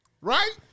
Right